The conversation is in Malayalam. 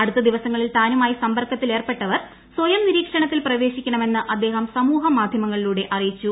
അടുത്ത ദിവസങ്ങളിൽ താനുമായി സമ്പർക്കത്തിലേർപ്പെട്ടവർ സ്വയം നിരീക്ഷണത്തിൽ പ്രവേശിക്കണമെന്ന് അദ്ദേഹം സമൂഹ മാധൃമങ്ങളിലൂടെ അറിയിച്ചു